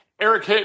Eric